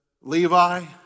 Levi